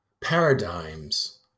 paradigms